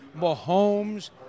Mahomes